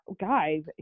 guys